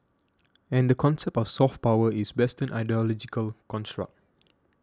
and the concept of soft power is Western ideological construct